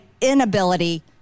inability